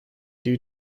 due